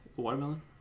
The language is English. Watermelon